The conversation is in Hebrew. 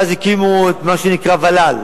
ואז הקימו את מה שנקרא ול"ל,